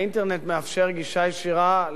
האינטרנט מאפשר גישה ישירה,